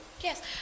Yes